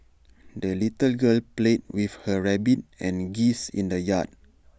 the little girl played with her rabbit and geese in the yard